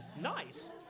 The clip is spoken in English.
Nice